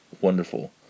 wonderful